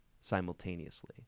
simultaneously